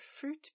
fruit